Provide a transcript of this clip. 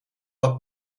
wat